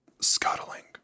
Scuttling